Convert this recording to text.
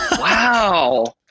wow